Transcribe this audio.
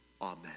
Amen